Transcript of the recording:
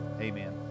Amen